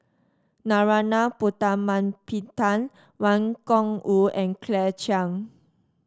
Narana Putumaippittan Wang Gungwu and Claire Chiang